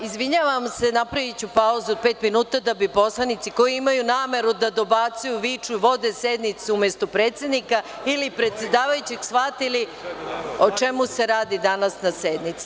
Izvinjavam se, napraviću pauzu od pet minuta da bi poslanici koji imaju nameru da dobacuju, viču, vode sednicu umesto predsednika ili predsedavajućeg, shvatili o čemu se radi danas na sednici.